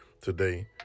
today